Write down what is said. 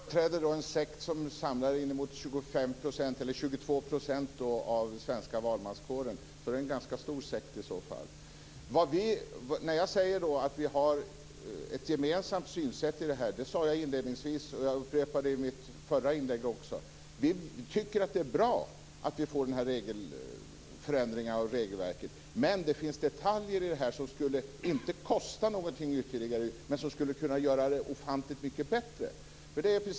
Herr talman! Jag företräder då en sekt som samlar 22 % av den svenska valmanskåren. Det är i så fall en ganska stor sekt. Vi har ett gemensamt synsätt. Jag sade det inledningsvis, och jag upprepade det i mitt förra inlägg. Jag tycker att det är bra att få förändringar av regelverket, men det finns detaljer i det här som inte skulle kosta någonting ytterligare men som skulle kunna göra förhållandena ofantligt mycket bättre.